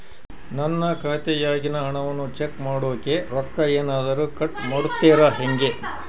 ನನ್ನ ಖಾತೆಯಾಗಿನ ಹಣವನ್ನು ಚೆಕ್ ಮಾಡೋಕೆ ರೊಕ್ಕ ಏನಾದರೂ ಕಟ್ ಮಾಡುತ್ತೇರಾ ಹೆಂಗೆ?